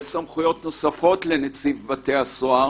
יש סמכויות נוספות לנציב בתי הסוהר